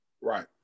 Right